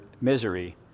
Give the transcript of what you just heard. misery